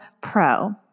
Pro